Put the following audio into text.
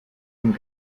von